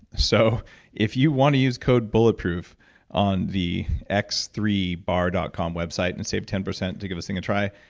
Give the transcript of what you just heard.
so if you want to use code bulletproof on the x three b a r dot com website and save ten percent to give this thing a try,